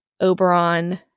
Oberon